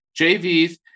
JVs